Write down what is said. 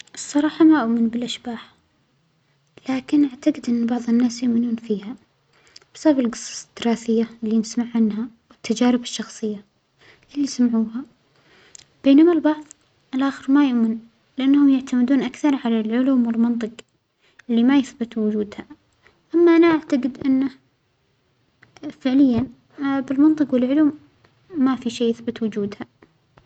الصراحة ما أؤمن بالأشباح، لكن أعتجد أن بعض الناس يؤمنون فيها بسبب الجصص التراثية اللى نسمع عنها والتجارب الشخصية اللى سمعوها، بينما البعظ الآخر ما يؤمنون لأنهم يعتمدون أكثر على العلوم و المنطج اللى ما يثبت وجودها، ثم أنا أعتقد إنه فعليا بالمنطج والعلوم ما في شيء يثبت وجودها.